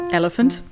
elephant